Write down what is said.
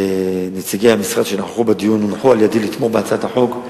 נציגי המשרד שנכחו בדיון הונחו על-ידי לתמוך בהצעת החוק.